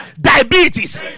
diabetes